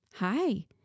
Hi